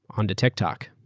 on to tiktok.